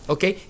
Okay